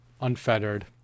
unfettered